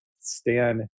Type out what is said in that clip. Stan